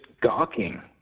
gawking